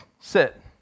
sit